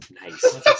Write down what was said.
Nice